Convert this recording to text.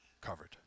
covered